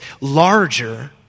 larger